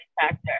factor